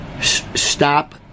stop